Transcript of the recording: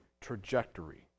trajectory